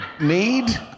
Need